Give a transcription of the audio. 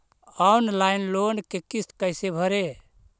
Online loan के किस्त कैसे भरे?